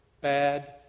bad